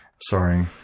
Sorry